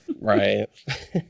Right